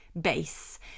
base